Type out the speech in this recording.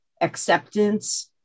acceptance